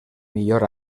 millor